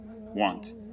want